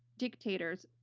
dictators,